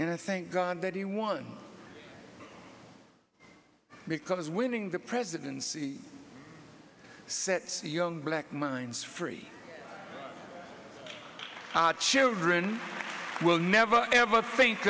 and i think god that he won because winning the presidency sets young black minds free children will never ever think